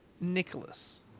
Nicholas